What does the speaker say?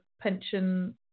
pension